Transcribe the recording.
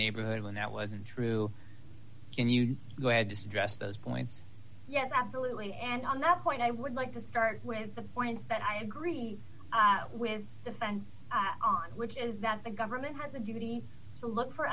neighborhood when that wasn't true then you go ahead to suggest those points yes absolutely and on that point i would like to start with the point that i agree with defense on which is that the government has a duty to look for